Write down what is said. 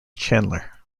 chandler